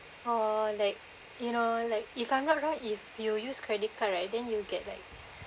or like you know like if I'm not wrong if you use credit card right then you will get like